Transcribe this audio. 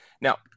Now